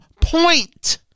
point